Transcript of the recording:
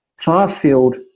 Far-field